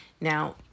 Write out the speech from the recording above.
Now